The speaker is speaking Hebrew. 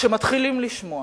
כשמתחילים לשמוע,